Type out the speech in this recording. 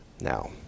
now